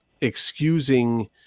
excusing